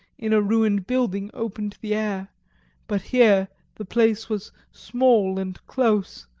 in a ruined building open to the air but here the place was small and close,